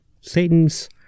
Satan's